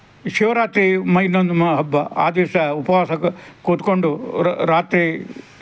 ಶಿವರಾತ್ರಿ ಇನ್ನೊಂದು ಹಬ್ಬ ಆ ದಿವಸ ಉಪವಾಸ ಕೂತ್ಕೊಂಡು ರಾತ್ರಿ